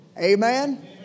Amen